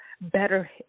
better